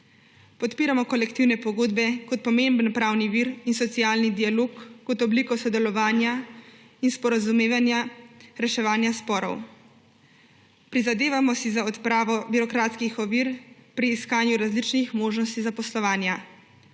Podpiramo kolektivne pogodbe kot pomemben pravni vir in socialni dialog kot obliko sodelovanja in sporazumevanja, reševanja sporov. Prizadevamo si za odpravo birokratskih ovir pri iskanju različnih možnosti zaposlovanja.